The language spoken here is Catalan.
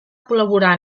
col·laborar